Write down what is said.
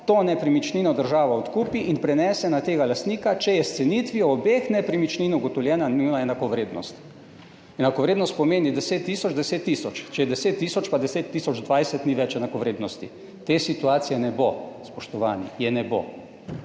to nepremičnino država odkupi in prenese na tega lastnika, če je s cenitvijo obeh nepremičnin ugotovljena njuna enakovrednost. Enakovrednost pomeni 10 tisoč 10 tisoč. Če je 10 tisoč pa 10 tisoč 20 ni več enakovrednosti. Te situacije ne bo, spoštovani. Je ne bo.